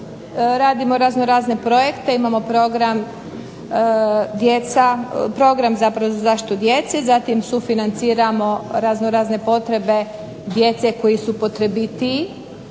radimo raznorazne projekte, imamo program za zaštitu djece, zatim sufinanciramo raznorazne potrebe djece koji su potrebitiji